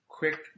quick